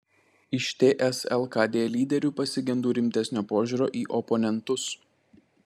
iš ts lkd lyderių pasigendu rimtesnio požiūrio į oponentus